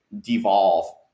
devolve